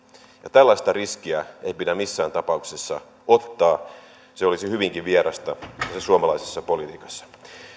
tällaista riskiä ei pidä missään tapauksessa ottaa se olisi hyvinkin vierasta suomalaisessa politiikassa